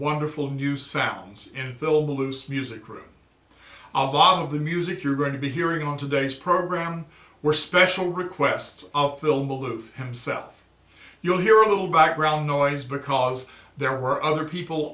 wonderful new sounds in the loose music room i'll follow the music you're going to be hearing on today's program were special requests of film aloof himself you'll hear a little background noise because there were other people